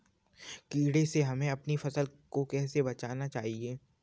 कीड़े से हमें अपनी फसल को कैसे बचाना चाहिए?